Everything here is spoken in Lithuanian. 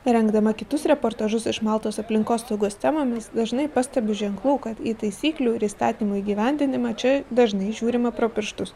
rengdama kitus reportažus iš maltos aplinkosaugos temomis dažnai pastebiu ženklų kad į taisyklių įstatymo įgyvendinimą čia dažnai žiūrima pro pirštus